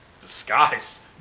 Disguise